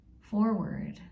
forward